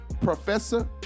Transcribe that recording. Professor